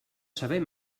saber